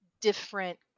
different